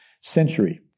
century